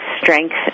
strength